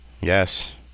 Yes